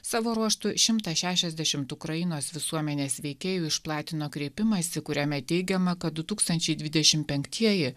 savo ruožtu šimtas šešiasdešimt ukrainos visuomenės veikėjų išplatino kreipimąsi kuriame teigiama kad du tūkstančiai dvidešimt penktieji